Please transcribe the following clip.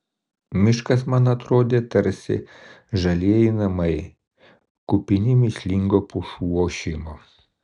miškas man atrodė tarsi ištisi žalieji namai kupini mįslingo pušų ošimo